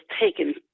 taken